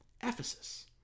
Ephesus